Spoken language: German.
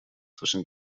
zwischen